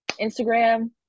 instagram